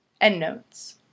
Endnotes